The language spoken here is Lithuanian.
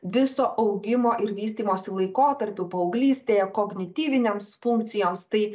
viso augimo ir vystymosi laikotarpiu paauglystėje kognityvinėms funkcijoms tai